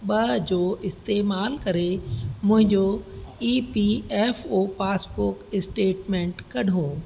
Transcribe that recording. ॿ जो इस्तमालु करे मुहिंजो E P F O passbook statement कढो